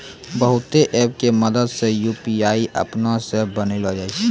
बहुते ऐप के मदद से यू.पी.आई अपनै से बनैलो जाय छै